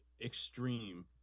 extreme